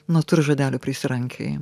nu tu ir žodelių prisirankiojai